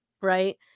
Right